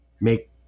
make